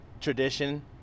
tradition